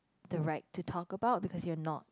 the right to talk about because you're not